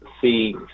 see